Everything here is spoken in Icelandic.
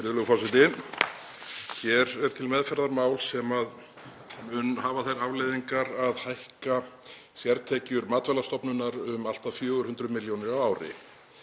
Hér er til meðferðar mál sem mun hafa þær afleiðingar að hækka sértekjur Matvælastofnunar um allt að 400 millj. kr. á ári.